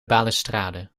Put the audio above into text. balustrade